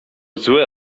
zły